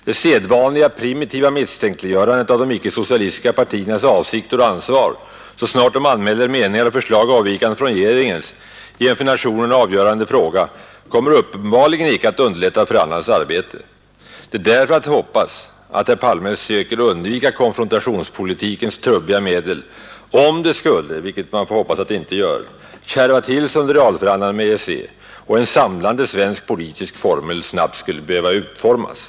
Det sedvanliga, primitiva misstänkliggörandet av de icke-socialistiska partiernas avsikter och ansvar så snart de anmäler meningar och förslag Nr 137 avvikande från regeringens i för nationen avgörande frågor kommer Torsdagen den uppenbarligen icke att underlätta förhandlarnas arbete. Det är därför att 2 december 1971 hoppas att herr Palme söker undvika konfrontationspolitikens trubbiga ——— medel om det skulle, vilket man får hoppas inte blir fallet, kärva till — ÅS. förhandlingarunder realförhandlingarna med EEC och en samlande svensk politisk 22 mellan Sverige formel snabbt måste utformas.